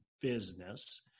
business